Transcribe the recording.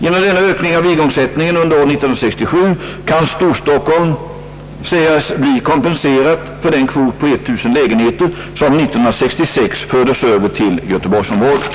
Genom denna ökning av igångsättningen under år 1967 kan Storstockholm sägas bli kompenserat för den kvot på 1000 lägenheter som 1966 fördes över till Göteborgsområdet.